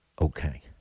okay